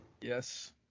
Yes